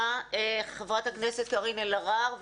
חברת הכנסת קארין אלהרר.